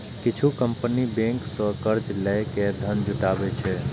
किछु company bank सं कर्ज लए के धन जुटाबै छै